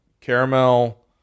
Caramel